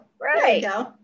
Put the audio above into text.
right